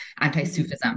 anti-sufism